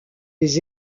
les